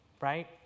right